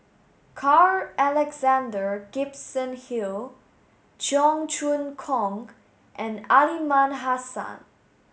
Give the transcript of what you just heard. Carl Alexander Gibson Hill Cheong Choong Kong and Aliman Hassan